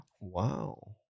Wow